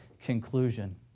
conclusion